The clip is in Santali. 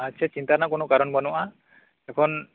ᱟᱪᱪᱟ ᱪᱤᱱᱛᱟᱹ ᱨᱮᱱᱟᱜ ᱠᱳᱱᱳ ᱠᱟᱨᱚᱱ ᱵᱟᱱᱩᱜᱼᱟ ᱮᱠᱷᱚᱱ